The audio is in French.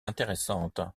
intéressante